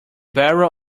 barrel